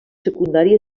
secundari